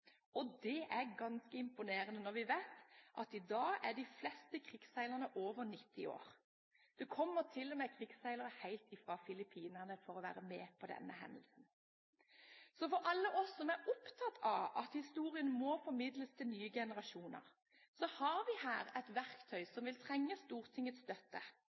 Det er ganske imponerende, når vi vet at i dag er de fleste krigsseilerne over 90 år. Det kommer til og med krigsseilere helt fra Filippinene for å være med på denne hendelsen. Så for alle oss som er opptatt av at historien må formidles til nye generasjoner, har vi her et verktøy som vil trenge Stortingets støtte.